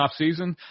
offseason